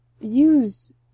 use